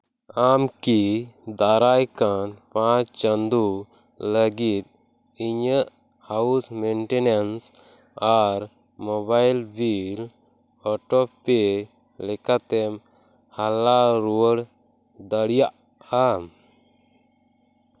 ᱟᱢ ᱠᱤ ᱫᱟᱨᱟᱭ ᱠᱟᱱ ᱯᱟᱸᱪ ᱪᱟᱸᱫᱳ ᱞᱟᱹᱜᱤᱫ ᱤᱧᱟᱹᱜ ᱦᱟᱣᱩᱱ ᱢᱮᱱᱴᱮᱱᱮᱱᱥ ᱟᱨ ᱢᱳᱵᱟᱭᱤᱞ ᱵᱤᱞ ᱚᱴᱳᱯᱮ ᱞᱮᱠᱟᱛᱮᱢ ᱦᱟᱞᱟ ᱨᱩᱣᱟᱹᱲ ᱫᱟᱲᱮᱭᱟᱜᱼᱟᱢ